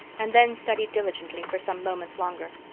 and then studied diligently for some moments longer.